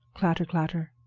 clatter, clatter!